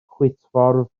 chwitffordd